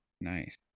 nice